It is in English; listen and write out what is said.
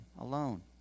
alone